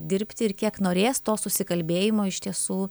dirbti ir kiek norės to susikalbėjimo iš tiesų